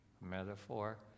metaphor